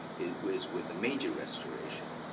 it was with the meiji restoration,